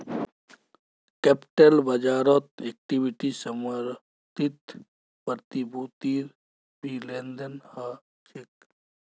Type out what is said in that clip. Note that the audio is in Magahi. कैप्टल बाज़ारत इक्विटी समर्थित प्रतिभूतिर भी लेन देन ह छे